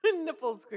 Nipples